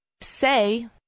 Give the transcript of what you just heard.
Say